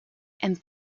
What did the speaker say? and